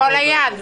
את כל היד.